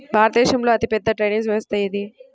భారతదేశంలో అతిపెద్ద డ్రైనేజీ వ్యవస్థ ఏది?